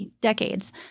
decades